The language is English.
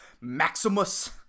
Maximus